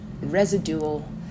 residual